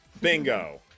Bingo